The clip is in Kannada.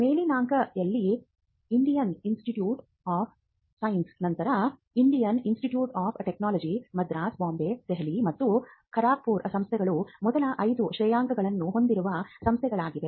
ಮೇಲ್ಪಂಕ್ತಿಯಲ್ಲಿ ಇಂಡಿಯನ್ ಇನ್ಸ್ಟಿಟ್ಯೂಟ್ ಆಫ್ ಸೈನ್ಸ್ ನಂತರ Indian Institute of Technology Madras Bombay Delhi ಮತ್ತು ಖರಗ್ಪುರ ಸಂಸ್ಥೆಗಳು ಮೊದಲ 5 ಶ್ರೇಯಾಂಕವನ್ನು ಹೊಂದಿರುವ ಸಂಸ್ಥೆಗಳಾಗಿವೆ